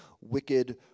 wicked